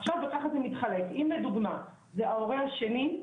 עכשיו, ככה זה מתחלק אם לדוגמא ההורה השני.